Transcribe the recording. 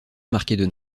marquées